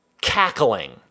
cackling